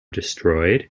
destroyed